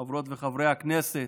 חברות וחברי הכנסת,